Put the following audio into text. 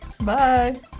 Bye